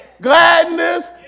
gladness